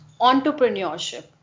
entrepreneurship